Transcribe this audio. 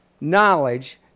knowledge